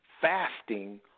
fasting